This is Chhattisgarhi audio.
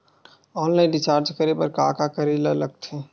ऑनलाइन रिचार्ज करे बर का का करे ल लगथे?